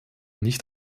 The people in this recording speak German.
nicht